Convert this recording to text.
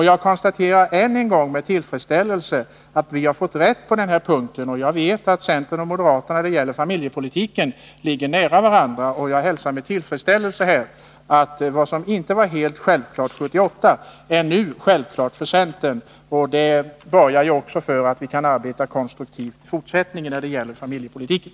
Jag konstaterar än en gång med tillfredsställelse att vi fått rätt på den här punkten. Jag vet att centern och moderaterna när det gäller familjepolitiken ligger nära varandra. Jag hälsar med tillfredsställelse att vad som inte var helt självklart för centern 1978 nu är det. Det borgar för att vi kan arbeta konstruktivt i fortsättningen när det gäller familjepolitiken.